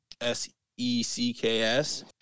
S-E-C-K-S